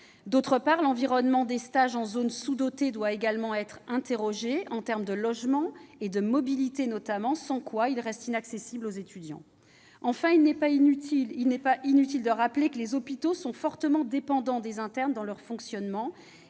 D'autre part, l'environnement des stages en zones sous-dotées doit également être interrogé, notamment en termes de logement et de mobilité, sans quoi ils restent inaccessibles aux étudiants. En outre, il n'est pas inutile de rappeler que les hôpitaux sont fortement dépendants des internes dans leur fonctionnement.